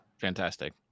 Fantastic